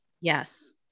Yes